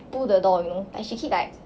pull the door you know like she keep like